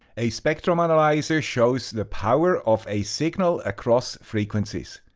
a spectrum analyzer shows the power of a signal across frequencies.